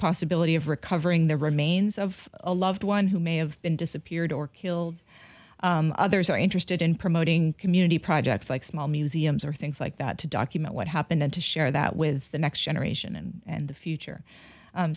possibility of recovering the remains of a loved one who may have been disappeared or killed others are interested in promoting community projects like small museums or things like that to document what happened and to share that with the next generation and the future